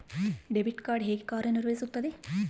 Debit card ಹೇಗೆ ಕಾರ್ಯನಿರ್ವಹಿಸುತ್ತದೆ?